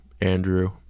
Andrew